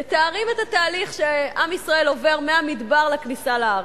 מתארים את התהליך שעם ישראל עובר מהמדבר לכניסה לארץ.